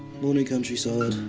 morning, countryside.